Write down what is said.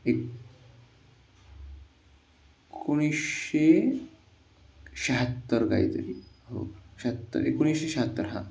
एकोणीशे शहात्तर काही तरी हो शहात्तर एकोणीशे शहात्तर हा